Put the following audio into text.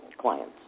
clients